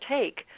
take